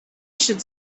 should